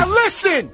listen